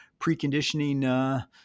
preconditioning